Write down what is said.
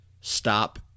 stop